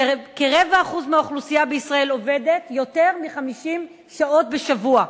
שכ-0.25% מהאוכלוסייה בישראל עובדת יותר מ-50 שעות בשבוע.